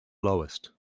lowest